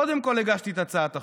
קודם כול הגשתי את הצעת החוק.